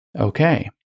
Okay